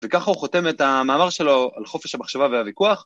וככה הוא חותם את המאמר שלו על חופש המחשבה והוויכוח.